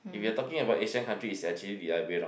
if you're talking about Asia country is actually the other way lor